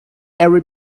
every